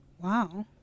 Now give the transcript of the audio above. Wow